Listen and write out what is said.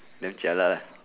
damn jialat ah